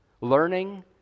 Learning